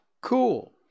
Cool